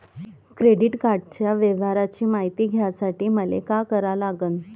Credit कार्डाच्या व्यवहाराची मायती घ्यासाठी मले का करा लागन?